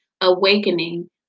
awakening